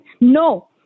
No